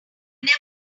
never